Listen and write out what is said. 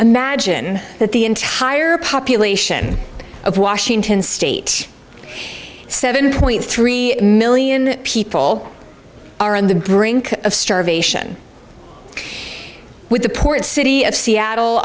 imagine that the entire population of washington state seven point three million people are on the brink of starvation with the port city of seattle